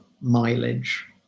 mileage